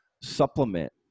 supplement